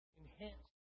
enhance